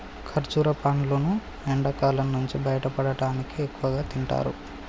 ఖర్జుర పండ్లును ఎండకాలం నుంచి బయటపడటానికి ఎక్కువగా తింటారు